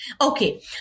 Okay